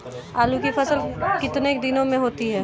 आलू की फसल कितने दिनों में होती है?